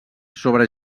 sobre